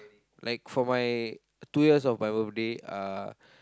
like for my two years of my birthday uh